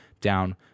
down